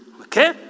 okay